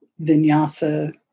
Vinyasa